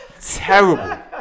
Terrible